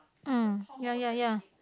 mm ya ya ya